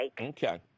Okay